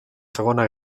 segona